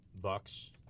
Bucks